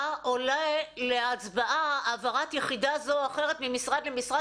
עולה להצבעה העברת יחידה זו או אחרת ממשרד למשרד